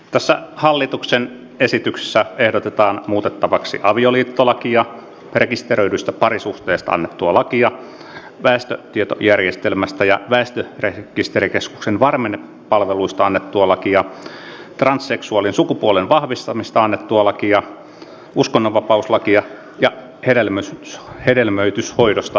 tässä hallituksen esityksessä ehdotetaan muutettavaksi avioliittolakia rekisteröidystä parisuhteesta annettua lakia väestötietojärjestelmästä ja väestörekisterikeskuksen varmennepalveluista annettua lakia transseksuaalin sukupuolen vahvistamisesta annettua lakia uskonnonvapauslakia ja hedelmöityshoidosta annettua lakia